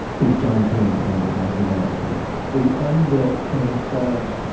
here's john king and allison arieff again the unbuilt can in fact,